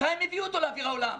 מתי הם הביאו אותו לאוויר העולם?